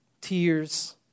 Tears